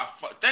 thank